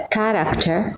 character